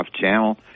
channel